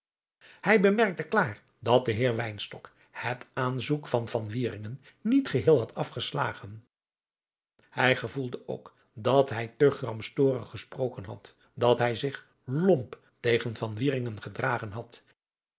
hij bemerkte klaar dat de heer wynstok het aanzoek van van wieringen niet geheel had afgeslagen hij gevoelde ook dat hij te gramstorig gesproken had dat hij zich lomp tegen van wieringen gedragen had